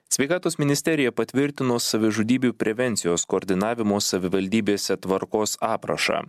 sveikatos ministerija patvirtino savižudybių prevencijos koordinavimo savivaldybėse tvarkos aprašą